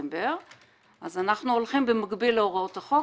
בדצמבר אז אנחנו הולכים במקביל להוראות החוק,